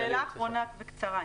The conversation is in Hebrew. שאלה קצרה ואחרונה,